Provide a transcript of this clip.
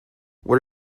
what